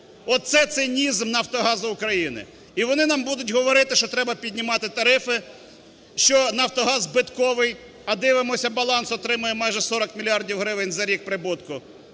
Оце цинізм "Нафтогазу України"! І вони нам будуть говорити, що треба піднімати тарифи, що "Нафтогаз" збитковий, а дивимося – баланс отримає майже 40 мільярдів гривень за рік прибутку.